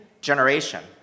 generation